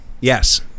Yes